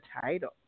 title